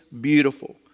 beautiful